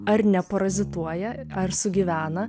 ar neparazituoja ar sugyvena